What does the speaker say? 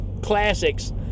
classics